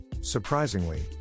Surprisingly